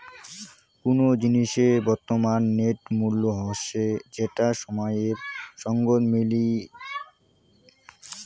কুনো জিনিসের বর্তমান নেট মূল্য হসে যেটা সময়ের সঙ্গত বিনিয়োগে বাড়তি পারে